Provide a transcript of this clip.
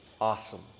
awesome